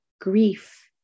Grief